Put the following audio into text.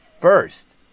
first